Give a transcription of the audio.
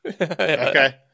okay